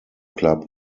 club